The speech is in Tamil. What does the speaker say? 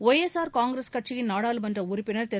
ஒய் எஸ் ஆர் காங்கிரஸ் கட்சியின் நாடாளுமன்ற உறுப்பினர் திரு